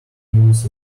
minutes